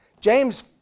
James